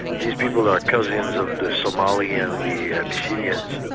these people are cousins of the somali and the abyssinians,